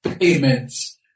payments